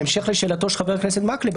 בהמשך לשאלתו של חבר הכנסת מקלב,